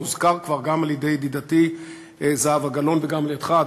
והוזכר כבר גם על-ידי ידידתי זהבה גלאון וגם על-ידך,